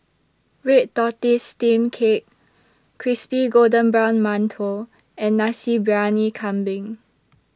Red Tortoise Steamed Cake Crispy Golden Brown mantou and Nasi Briyani Kambing